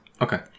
Okay